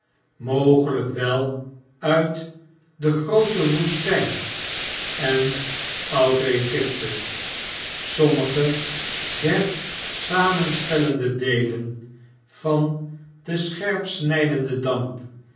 mogelijk wel uit de groote woestijn en oud egypte sommigedersamenstellendedeelen van den scherpsnydenden damp